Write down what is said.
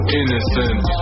innocent